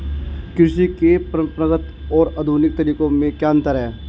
कृषि के परंपरागत और आधुनिक तरीकों में क्या अंतर है?